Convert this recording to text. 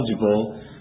eligible